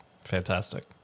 fantastic